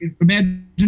imagine